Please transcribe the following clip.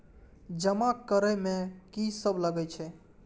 जमा करे में की सब लगे छै?